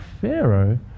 Pharaoh